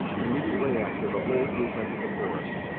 immediately after, the whole group entered the forest,